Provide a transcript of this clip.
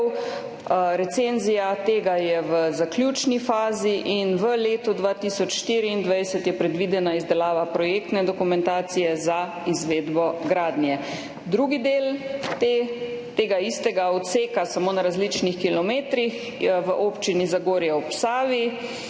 Recenzija tega je v zaključni fazi in v letu 2024 je predvidena izdelava projektne dokumentacije za izvedbo gradnje. Drugi del tega istega odseka, samo na različnih kilometrih, je v občini Zagorje ob Savi,